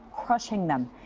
crushing them.